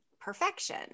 perfection